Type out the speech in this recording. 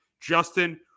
Justin